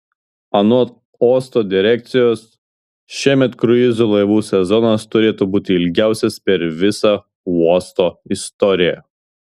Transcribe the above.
anot uosto direkcijos šiemet kruizų laivų sezonas turėtų būti ilgiausias per visą uosto istoriją